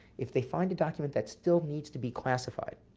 if they find a document that still needs to be classified,